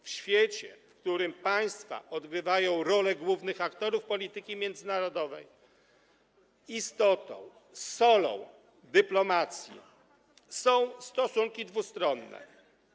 W świecie, w którym państwa odgrywają rolę głównych aktorów polityki międzynarodowej, istotą, solą dyplomacji są stosunki dwustronne.